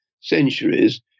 centuries